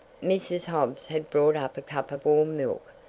mrs. hobbs had brought up a cup of warm milk,